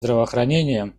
здравоохранения